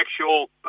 actual